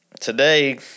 today